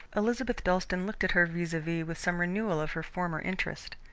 elizabeth dalstan looked at her vis-a-vis with some renewal of her former interest.